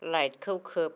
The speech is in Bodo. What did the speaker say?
लाइटखौ खोब